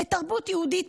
לתרבות יהודית,